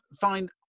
find